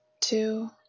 two